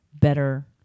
better